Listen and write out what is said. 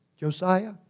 Josiah